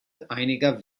einiger